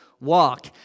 walk